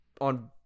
on